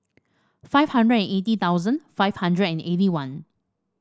five hundred and eighty thousand five hundred and eighty one